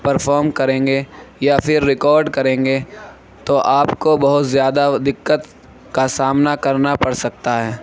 perform کریں گے یا پھر ریکارڈ کریں گے تو آپ کو بہت زیادہ دقت کا سامنا کرنا پڑ سکتا ہے